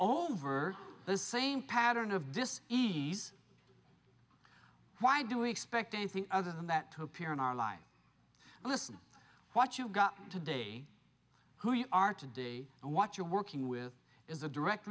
over the same pattern of just ease why do we expect anything other than that to appear in our life listen what you got today who you are today and what you're working with is a direct